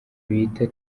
bita